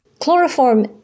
Chloroform